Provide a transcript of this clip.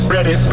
Ready